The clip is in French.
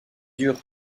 dur